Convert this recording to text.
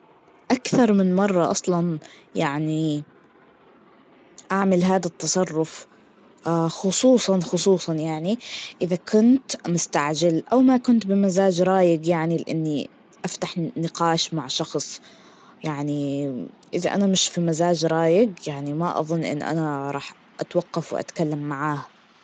أكثر من مرة أصلاً, يعني أعمل هاد التصرف, خصوصاً خصوصاً يعني, إذا كنت مستعجل, أو ما كنت بمززاج رايق يعني إني أفتح نقاش مع شخص يعني إذا أنا مش في مزاج رايج, يعني ما أظن إن أنا راح أتوقف وأتكلم معاه.